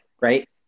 Right